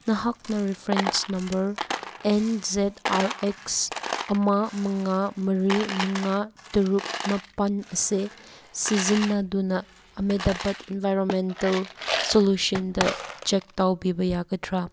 ꯅꯍꯥꯛꯅ reference number N Z R X ꯑꯃ ꯃꯉꯥ ꯃꯔꯤ ꯃꯉꯥ ꯇꯔꯨꯛ ꯃꯥꯄꯟ ꯑꯁꯦ ꯁꯤꯖꯤꯟꯅꯗꯨꯅ ꯑꯥꯍꯃꯦꯗꯕꯥꯠ ꯏꯟꯕꯥꯏꯔꯣꯟꯃꯦꯟꯇꯦꯜ ꯁꯣꯂꯨꯁꯟꯗ ꯆꯦꯛ ꯇꯧꯕꯤꯕ ꯌꯥꯒꯗ꯭ꯔꯥ